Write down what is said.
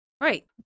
right